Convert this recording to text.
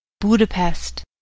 Budapest